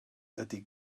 ydy